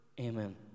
Amen